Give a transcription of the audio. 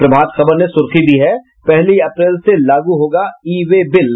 प्रभात खबर ने सुर्खी दी है पहली अप्रैल से लागू होगा ई वे बिल